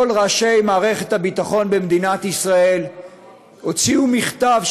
כל ראשי מערכת הביטחון במדינת ישראל הוציאו מכתב,